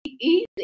easy